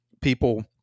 people